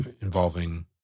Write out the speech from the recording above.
involving